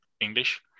English